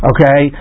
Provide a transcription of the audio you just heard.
Okay